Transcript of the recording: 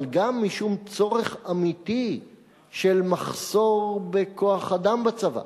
אבל גם משום צורך אמיתי בגלל מחסור בכוח-אדם בצבא,